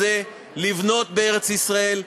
והיא לבנות בארץ-ישראל,